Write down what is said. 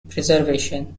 preservation